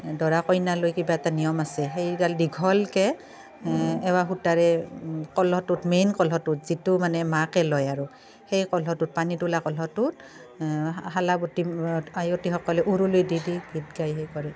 দৰা কইনা লৈ কিবা এটা নিয়ম আছে সেইডাল দীঘলকে এৱা সূতাৰে কলহটোত মেইন কলহটোত যিটো মানে মাকে লয় আৰু সেই কলহটোত পানী তোলা কলহটোত শালা বটি আয়তীসকলে উৰুলি দি দি গীত গাই সেই কৰে